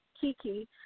Kiki